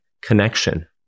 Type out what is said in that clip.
connection